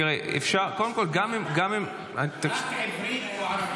תראי, אפשר --- רק עברית או ערבית.